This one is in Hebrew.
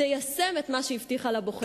תיישם את מה שהיא הבטיחה לבוחר,